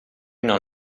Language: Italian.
non